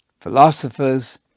philosophers